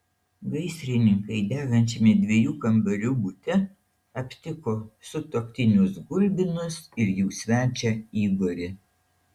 gaisrininkai degančiame dviejų kambarių bute aptiko sutuoktinius gulbinus ir jų svečią igorį